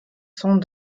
sont